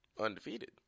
undefeated